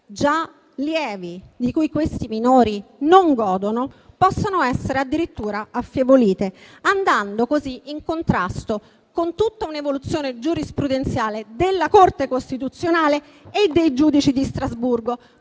già lievi, di cui questi minori non godono possano essere addirittura affievolite, andando così in contrasto con tutta un'evoluzione giurisprudenziale della Corte costituzionale e dei giudici di Strasburgo.